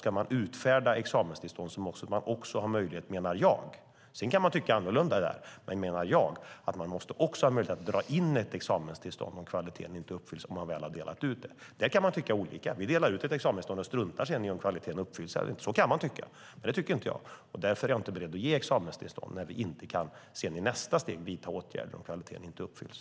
Ska man utfärda examenstillstånd måste man också ha möjlighet att dra in dem om kvaliteten sedan inte uppfylls, menar jag. Där kan man tycka annorlunda. Vi kan dela ut ett examenstillstånd och sedan strunta i om kvaliteten uppfylls eller inte. Men det tycker jag inte är rätt, och därför är jag inte beredd att ge examenstillstånd när vi inte i nästa steg kan vidta åtgärder om kvaliteten inte uppfylls.